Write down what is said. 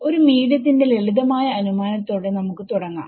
ഒരു മീഡിയത്തിന്റെ ലളിതമായ അനുമാനത്തോടെ നമുക്ക് തുടങ്ങാം